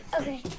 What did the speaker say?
Okay